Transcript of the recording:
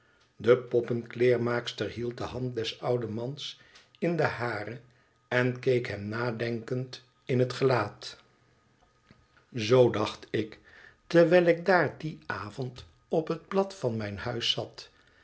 de poppenkleermaakster hield de hand des ouden mans in de hare en keek hem nadenkend in het gelaat zoo dacht ik terwijl ik daar dien avond op het plat van mijn huis zat